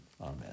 Amen